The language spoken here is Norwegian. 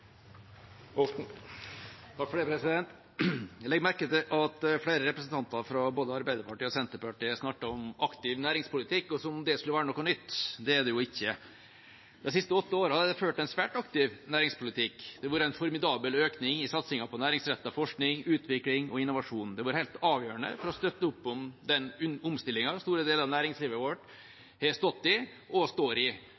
Jeg legger merke til at flere representanter fra både Arbeiderpartiet og Senterpartiet snakker om aktiv næringspolitikk som om det skulle være noe nytt. Det er det jo ikke. De siste åtte årene er det ført en svært aktiv næringspolitikk, og det har vært en formidabel økning i satsingen på næringsrettet forskning, utvikling og innovasjon. Det har vært helt avgjørende for å støtte opp om den omstillingen store deler av næringslivet vårt